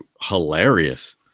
hilarious